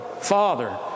Father